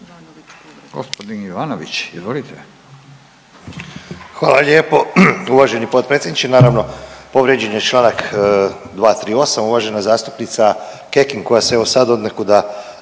Hvala lijepo uvaženi potpredsjedniče. Naravno povrijeđen je Članak 238., uvažena zastupnica Kekin koja se evo sad odnekuda